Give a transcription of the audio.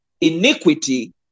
iniquity